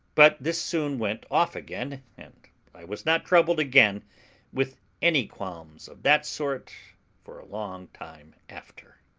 but this soon went off again, and i was not troubled again with any qualms of that sort for a long time after.